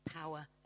power